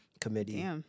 Committee